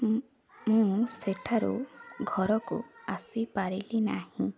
ମୁଁ ସେଠାରୁ ଘରକୁ ଆସିପାରିଲି ନାହିଁ